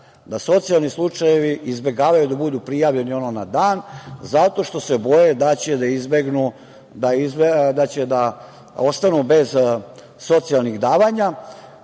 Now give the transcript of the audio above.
da socijalni slučajevi izbegavaju da budu prijavljeni, ono, na dan, zato što se boje da će da ostanu bez socijalnih davanja